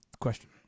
question